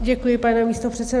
Děkuji, pane místopředsedo.